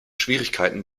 schwierigkeiten